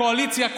קואליציה,